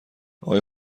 اقای